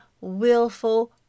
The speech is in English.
willful